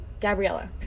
Gabriella